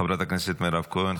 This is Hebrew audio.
חברת הכנסת מירב כהן,